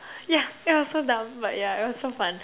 yeah it was so dumb but yeah it was so fun